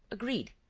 agreed.